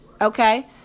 okay